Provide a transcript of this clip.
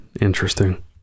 Interesting